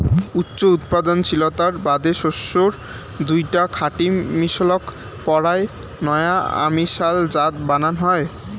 উচ্চ উৎপাদনশীলতার বাদে শস্যের দুইটা খাঁটি মিশলক পরায় নয়া অমিশাল জাত বানান হই